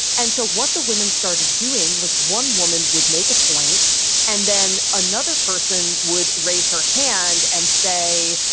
and so what the women started doing was one woman would make a point and then another person would raise her hand and say,